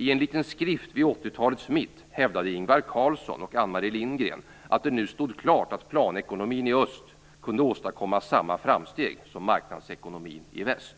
I en liten skrift vid 80-talets mitt hävdade Ingvar Carlsson och Anne-Marie Lindgren att det nu stod klart att planekonomin i öst kunde åstadkomma samma framsteg som marknadsekonomin i väst.